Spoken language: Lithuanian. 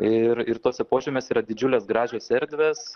ir ir tuose požemiuose yra didžiulės gražios erdvės